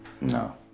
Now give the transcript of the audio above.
No